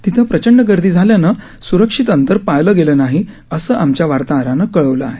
तिथं प्रचंड गर्दी झाल्यानं सुरक्षित अंतर पाळलं गेलं नाही असं आमच्या वार्ताहरानं कळवलं आहे